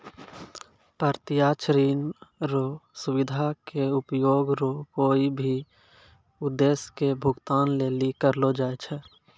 प्रत्यक्ष ऋण रो सुविधा के उपयोग कोय भी उद्देश्य के भुगतान लेली करलो जाय छै